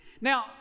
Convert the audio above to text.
Now